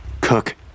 Cook